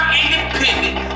independent